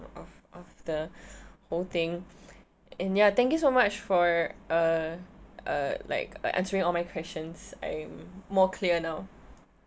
of of the whole thing and ya thank you so much for uh uh like answering all my questions I'm more clear now